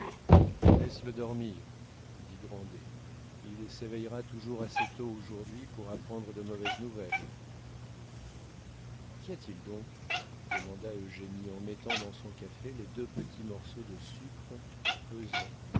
laisse-le dormir dit grandet il s'éveillera toujours assez tôt aujourd'hui pour apprendre de mauvaises nouvelles qu'y a-t-il donc demanda eugénie en mettant dans son café les deux petits morceaux de sucre pesant